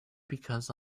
because